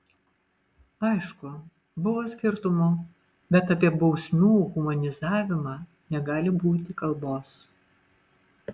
aišku buvo skirtumų bet apie bausmių humanizavimą negali būti kalbos